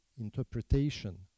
interpretation